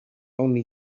only